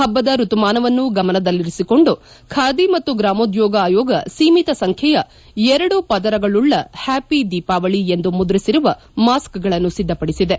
ಹಬ್ಬದ ಋತುಮಾನವನ್ನು ಗಮನದಲ್ಲಿರಿಸಿಕೊಂಡು ಖಾದಿ ಮತ್ತು ಗ್ರಾಮೋದ್ಯೋಗ ಆಯೋಗ ಸೀಮಿತ ಸಂಖ್ಣೆಯ ಎರಡು ಪದರಗಳುಳ್ಳ ಹ್ಯಾಪಿ ದೀಪಾವಳ ಎಂದು ಮುದ್ರಿಸಿರುವ ಮಾಸ್ಕ್ ಗಳನ್ನು ಸಿದ್ದಪಡಿಸಿದೆ